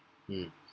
mm